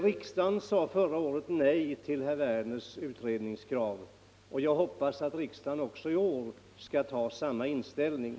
Riksdagen sade förra året nej till herr Werners utredningskrav. Jag hoppas att riksdagen också i år skall ha samma inställning.